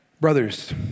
Brothers